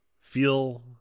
feel